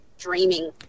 dreaming